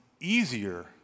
easier